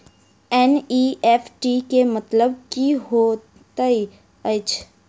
NEFT केँ मतलब की होइत अछि?